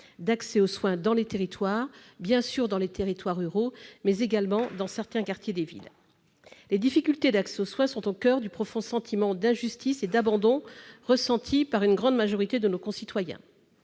d'accès aux soins dans les territoires ruraux et dans certains quartiers des villes. Les difficultés d'accès aux soins sont au coeur du profond sentiment d'injustice et d'abandon ressenti par une grande majorité de nos concitoyens.